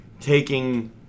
taking